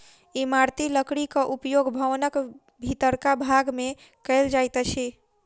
इमारती लकड़ीक उपयोग भवनक भीतरका भाग मे कयल जाइत अछि